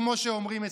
כמו שאומרים אצלכם.